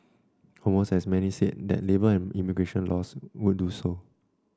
almost as many said that labour and immigration laws would do so